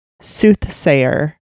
Soothsayer